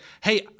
Hey